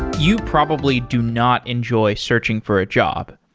you probably do not enjoy searching for a job.